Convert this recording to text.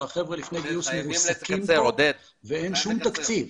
החבר'ה לפני גיוס --- ואין שום תקציב,